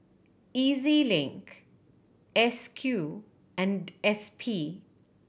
E Z Link S Q and S P